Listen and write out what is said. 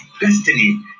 destiny